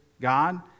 God